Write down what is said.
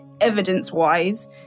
evidence-wise